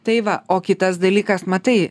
tai va o kitas dalykas matai